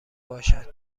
باشد